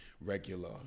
regular